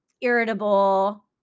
irritable